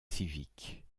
civiques